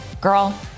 Girl